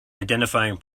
identifying